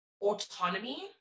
autonomy